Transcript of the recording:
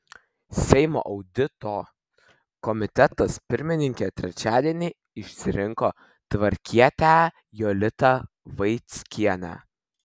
seimo audito komitetas pirmininke trečiadienį išsirinko tvarkietę jolitą vaickienę